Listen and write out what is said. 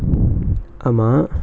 ஆமா:aamaa